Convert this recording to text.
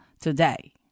today